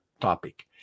topic